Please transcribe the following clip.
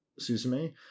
suzume